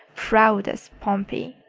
proud as pompey.